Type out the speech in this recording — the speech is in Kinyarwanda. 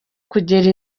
kugera